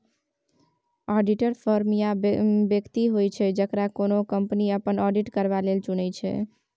auditor firm या बेकती होइ छै जकरा कोनो कंपनी अपन आडिट करबा लेल चुनै छै